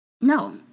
no